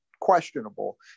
questionable